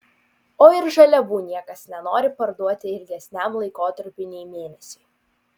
o ir žaliavų niekas nenori parduoti ilgesniam laikotarpiui nei mėnesiui